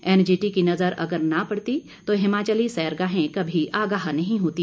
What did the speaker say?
NGT की नज़र अगर न पड़ती तो हिमाचली सैरगाहें कभी आगाह नहीं होती